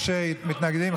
יש מתנגדים.